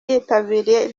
yitabiriye